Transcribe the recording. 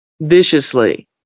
viciously